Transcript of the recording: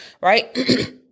right